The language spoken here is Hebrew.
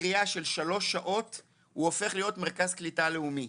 בקריאה של 3 שעות הוא הופך להיות מרכז קליטה לאומי.